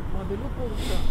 mobilių punktų